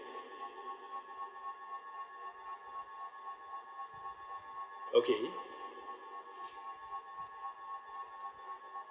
okay